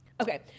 Okay